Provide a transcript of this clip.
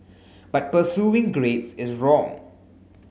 but pursuing grades is wrong